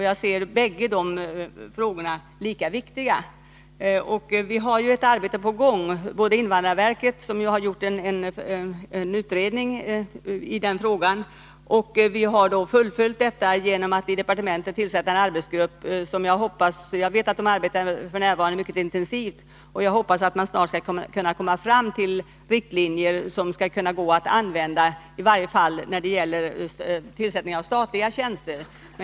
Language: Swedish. Jag ser båda dessa frågor som lika viktiga, och vi har ett arbete i gång. Invandrarverket har gjort en utredning i frågan, och vi har i departementet fullföljt denna genom att tillsätta en arbetsgrupp. Jag vet att den f. n. arbetar mycket intensivt, och jag hoppas att den snart kan komma fram till riktlinjer som går att använda i varje fall när det gäller tillsättning av statliga tjänster.